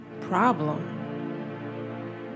problem